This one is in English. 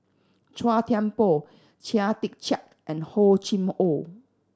Chua Thian Poh Chia Tee Chiak and Hor Chim Or